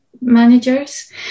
managers